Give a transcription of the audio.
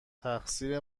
تقصیر